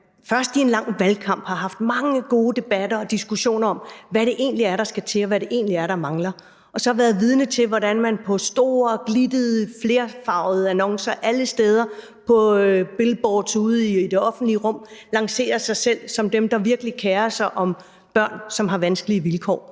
først i en lang valgkamp har haft mange gode debatter og diskussioner om, hvad det egentlig er, der skal til, og hvad det egentlig er, der mangler, og så være vidne til, hvordan man på store, glittede, flerfarvede annoncer alle steder på billboards ude i det offentlige rum lancerer sig selv som dem, der virkelig kerer sig om børn, som har vanskelige vilkår.